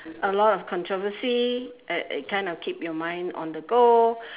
a lot of controversy at it kind of keep your mind on the go